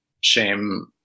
shame